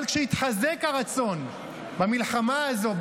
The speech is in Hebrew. אבל כשהתחזק הרצון במלחמה הזו,